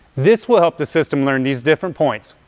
this will help the system learn these different points.